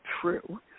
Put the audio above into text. true